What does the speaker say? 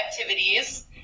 activities